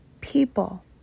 people